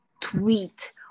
tweet